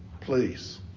Please